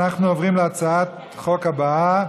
אנחנו עוברים להצעת החוק הבאה: